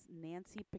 Nancy